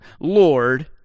Lord